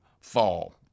fall